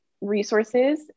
resources